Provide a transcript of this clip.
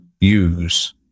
use